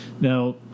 now